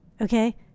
okay